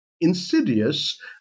insidious